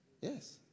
Yes